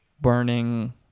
burning